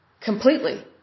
completely